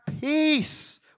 peace